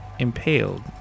impaled